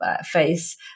face